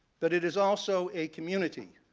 but it is also a community.